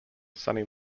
sunny